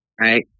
right